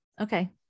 okay